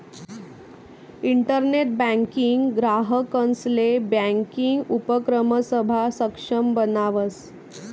internet banking ग्राहकंसले banking उपक्रमसमा सक्षम बनावस